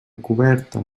coberta